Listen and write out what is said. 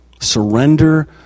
Surrender